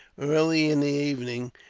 early in the evening,